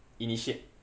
initiate